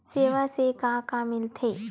सेवा से का का मिलथे?